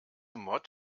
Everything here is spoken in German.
mod